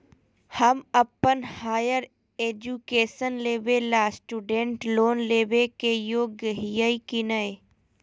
हम अप्पन higher education लेबे ला स्टूडेंट लोन लेबे के योग्य हियै की नय?